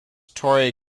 torre